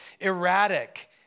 erratic